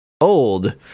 old